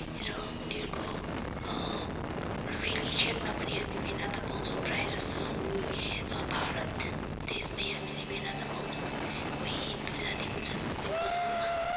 र उनीहरूको रिलिजनमा पनि हामी भिन्नता पाउँछौँ प्रायः जस्तो हामी भारत देशमै हामीले भिन्नता पाउँछौँ कोही हिन्दु जाति पनि हुन्छन् कोही मुसलमान